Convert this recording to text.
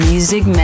Music